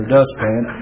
dustpan